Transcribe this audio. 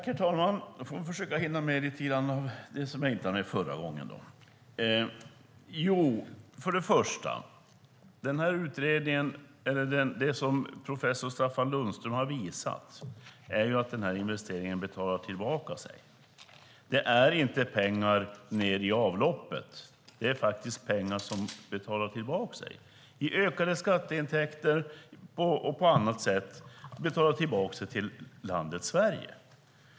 Herr talman! Jag ska försöka hinna med att ta upp det som jag inte hann med i mitt förra anförande. Det som professor Staffan Lundström har visat är ju att investeringen betalar tillbaka sig. Det är inte pengar som slängs i avloppet. Det är faktiskt pengar som betalar sig i ökade skatteintäkter eller på annat sätt. De betalas tillbaka till landet Sverige.